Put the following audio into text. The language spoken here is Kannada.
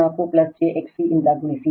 34 j XC ಇಂದ ಗುಣಿಸಿ